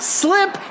slip